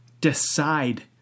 decide